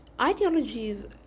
ideologies